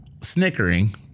Snickering